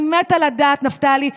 אני מתה לדעת, נפתלי.